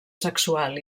sexual